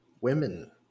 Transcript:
women